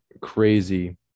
crazy